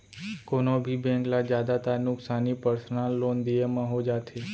कोनों भी बेंक ल जादातर नुकसानी पर्सनल लोन दिये म हो जाथे